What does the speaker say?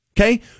Okay